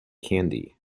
candy